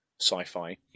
sci-fi